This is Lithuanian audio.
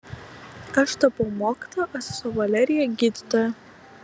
aš tapau mokytoja o sesuo valerija gydytoja